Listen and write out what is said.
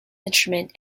instrument